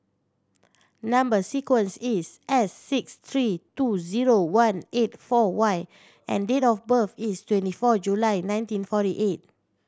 number sequence is S six three two zero one eight four Y and date of birth is twenty four July nineteen forty eight